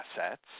assets